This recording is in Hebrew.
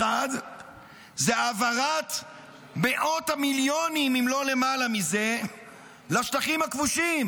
1. העברת מאות המיליונים אם לא למעלה מזה לשטחים הכבושים,